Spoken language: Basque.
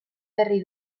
berri